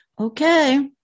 Okay